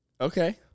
Okay